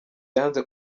yanze